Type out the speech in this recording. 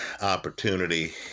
opportunity